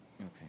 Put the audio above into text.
Okay